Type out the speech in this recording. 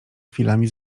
chwilami